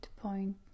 point